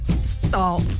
Stop